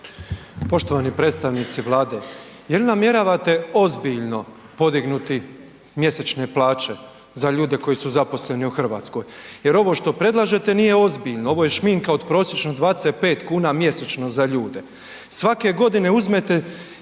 Poštovani predstavnici Vlade jel namjeravate ozbiljno podignuti mjesečne plaće za ljude koji su zaposleni u Hrvatskoj jer ovo što predlažete nije ozbiljno ovo je šminka od prosječno 25 kuna mjesečno za ljude. Svake godine uzmete